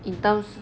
in terms